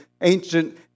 ancient